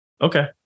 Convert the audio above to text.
Okay